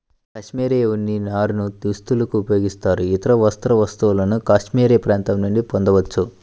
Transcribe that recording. cashmere ఉన్ని నారను దుస్తులకు ఉపయోగిస్తారు, ఇతర వస్త్ర వస్తువులను కాష్మెరె ప్రాంతం నుండి పొందవచ్చు